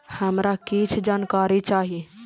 हमरा कीछ जानकारी चाही